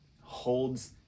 holds